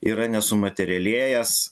yra nesumaterialėjęs